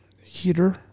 heater